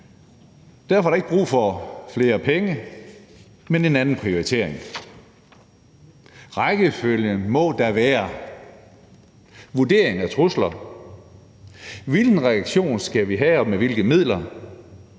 Derfor er der ikke brug for flere penge, men en anden prioritering. Rækkefølgen må da være: vurderingen af truslerne, vurderingen af hvilken reaktion vi skal have og med hvilke midler,